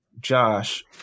josh